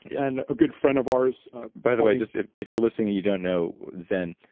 yeah and a good friend of ours by the way, just if if you're listening and you don't know zen,